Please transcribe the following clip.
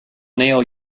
neil